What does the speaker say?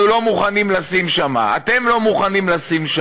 אנחנו לא מוכנים לשים, אתם לא מוכנים לשים.